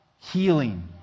healing